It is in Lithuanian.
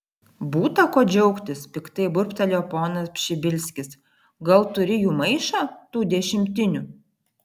būta ko džiaugtis piktai burbtelėjo ponas pšibilskis gal turi jų maišą tų dešimtinių